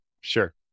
Sure